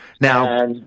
Now